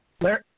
Larry